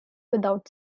without